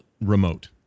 remote